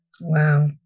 Wow